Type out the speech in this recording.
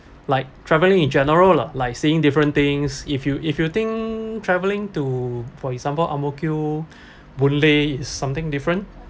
like travelling in general lah like seeing different things if you if you think travelling to for example Ang Mo Kio Boon Lay is something different